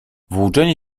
włóczenie